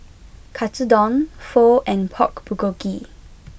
Katsudon Pho and Pork Bulgogi